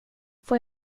får